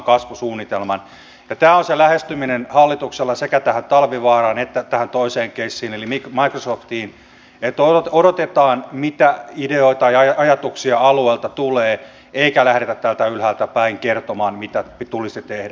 tämä on se lähestyminen hallituksella sekä tähän talvivaaraan että tähän toiseen keissiin eli microsoftiin että odotetaan mitä ideoita ja ajatuksia alueelta tulee eikä lähdetä täältä ylhäältäpäin kertomaan mitä tulisi tehdä